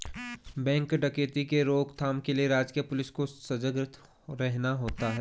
bank डकैती के रोक थाम के लिए राजकीय पुलिस को सजग रहना होता है